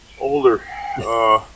Older